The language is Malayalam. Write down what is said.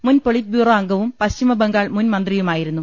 മുൻ പൊളിറ്റ്ബ്യൂറോ അംഗവും പശ്ചിമബംഗാൾ മുൻ മന്ത്രിയുമായിരുന്നു